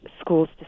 school's